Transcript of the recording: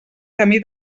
camí